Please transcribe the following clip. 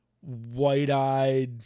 white-eyed